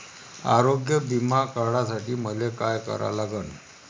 आरोग्य बिमा काढासाठी मले काय करा लागन?